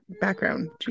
background